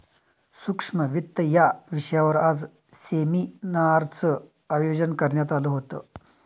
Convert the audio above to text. सूक्ष्म वित्त या विषयावर आज सेमिनारचं आयोजन करण्यात आलं होतं